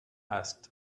asked